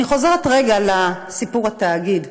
אני חוזרת רגע לסיפור התאגיד.